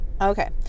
okay